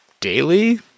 daily